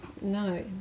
No